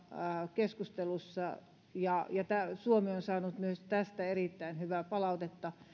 keskustelussa ja suomi on saanut myös tästä erittäin hyvää palautetta